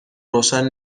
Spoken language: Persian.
روشن